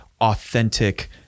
authentic